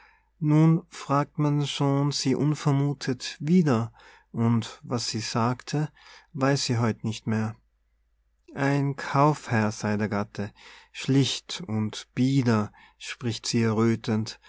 nun fragt man schon sie unvermuthet wieder und was sie sagte weiß sie heut nicht mehr ein kaufherr sei der gatte schlicht und bieder spricht sie